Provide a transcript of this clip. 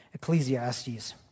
Ecclesiastes